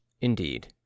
Indeed